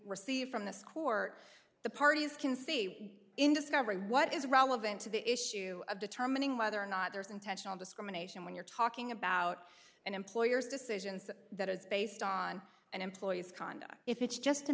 received from this court the parties can see in discovery what is relevant to the issue of determining whether or not there is intentional discrimination when you're talking about an employer's decisions that is based on an employee's conduct if it's just a